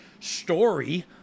story